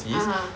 (uh huh)